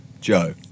Joe